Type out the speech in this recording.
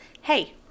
hey